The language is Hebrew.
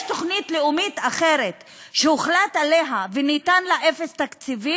יש תוכנית לאומית אחרת שהוחלט עליה וניתן לה אפס תקציב,